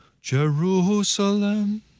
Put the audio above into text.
Jerusalem